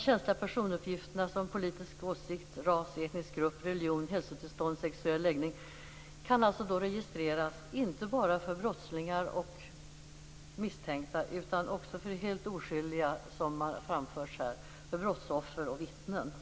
Känsliga personuppgifter, såsom politisk åsikt, ras, etnisk grupp, religion, hälsotillstånd och sexuell läggning skall kunna registreras inte bara om brottslingar och misstänkta utan även om helt oskyldiga, nämligen brottsoffer och vittnen.